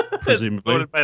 Presumably